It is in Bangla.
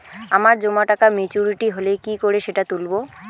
আমার জমা টাকা মেচুউরিটি হলে কি করে সেটা তুলব?